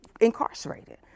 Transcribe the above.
incarcerated